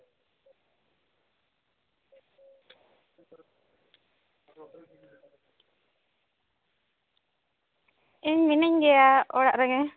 ᱤᱧ ᱢᱤᱱᱟᱹᱧ ᱜᱮᱭᱟ ᱚᱲᱟᱜ ᱨᱮᱜᱮ